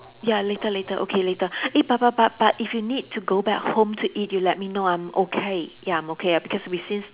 ya later later okay later eh but but but but if you need to go back home to eat you let me know I'm okay ya I'm okay ah because we since